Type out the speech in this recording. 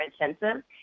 intensive